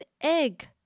egg